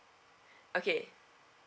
okay